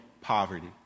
poverty